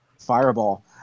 fireball